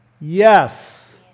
yes